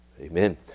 Amen